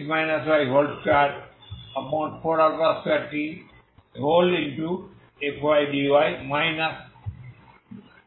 x014α2πt0e 242tfdy